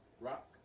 Rock